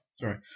Sorry